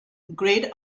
grayed